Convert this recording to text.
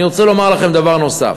אני רוצה לומר לכם דבר נוסף,